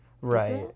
right